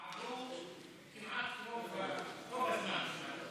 עבר כמעט רוב הזמן.